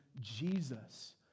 Jesus